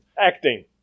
acting